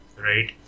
Right